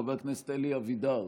חבר הכנסת אלי אבידר,